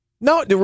No